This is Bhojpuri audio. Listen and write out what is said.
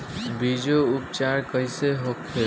बीजो उपचार कईसे होखे?